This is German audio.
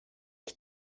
ich